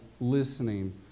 listening